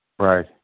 Right